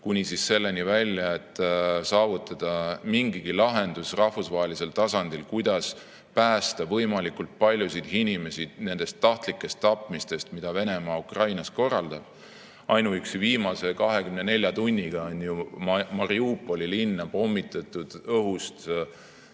kuni siis selleni välja, et tuleb saavutada mingigi lahendus rahvusvahelisel tasandil, kuidas päästa võimalikult paljusid inimesi tahtlikest tapmistest, mida Venemaa Ukrainas korraldab. Ainuüksi viimase 24 tunniga on ju Mariupoli linna pommitatud õhust vähemalt